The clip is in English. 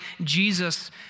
Jesus